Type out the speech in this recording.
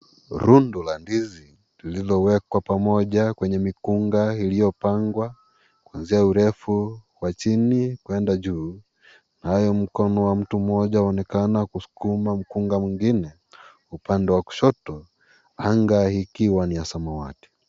Rundo la ndizi lililowekwa pamoja kwenye mikunga iliyopangwa kwanzia urefu wa chini kuenda juu, nao mkono wa mtu mmoja unaonekana kuskuma mkunga mwingine upande wa kushoto anga ikiwa ni ya samawati.